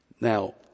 Now